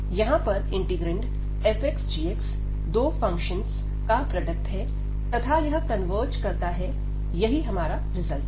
यहां पर इंटीग्रैंड fxgxदो फंक्शन का प्रोडक्ट है तथा यह कन्वर्ज करता है यही हमारा रिजल्ट है